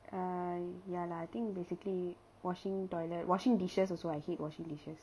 I ya lah I think basically washing toilet washing dishes also I hate washing dishes